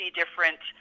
different